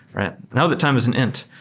now that time is an int,